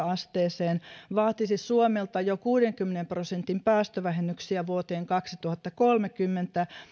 asteeseen vaatisi suomelta jo kuudenkymmenen prosentin päästövähennyksiä vuoteen kaksituhattakolmekymmentä